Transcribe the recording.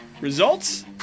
results